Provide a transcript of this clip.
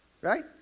Right